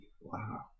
wow